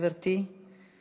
גברתי.